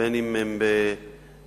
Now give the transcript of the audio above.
ובין שהם בבית-אל,